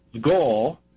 goal